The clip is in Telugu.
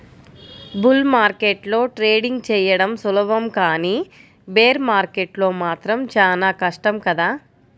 బుల్ మార్కెట్లో ట్రేడింగ్ చెయ్యడం సులభం కానీ బేర్ మార్కెట్లో మాత్రం చానా కష్టం కదా